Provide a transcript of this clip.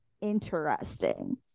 interesting